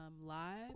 live